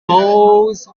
boss